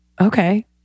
okay